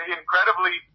incredibly